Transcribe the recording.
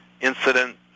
incident